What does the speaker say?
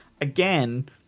Again